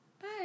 Bye